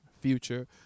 Future